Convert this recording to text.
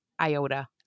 iota